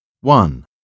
One